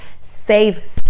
save